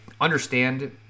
understand